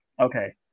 Okay